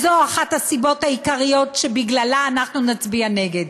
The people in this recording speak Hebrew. אז זו אחת הסיבות העיקריות שבגללן אנחנו נצביע נגד.